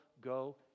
go